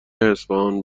اصفهان